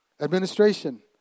Administration